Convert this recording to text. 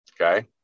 Okay